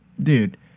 Dude